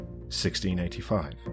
1685